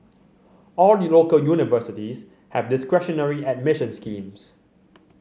all the local universities have discretionary admission schemes